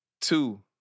Two